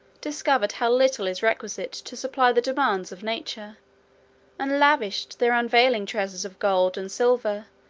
discovered how little is requisite to supply the demands of nature and lavished their unavailing treasures of gold and silver,